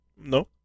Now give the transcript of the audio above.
no